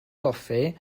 goffi